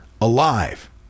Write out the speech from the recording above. alive